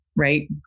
Right